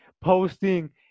posting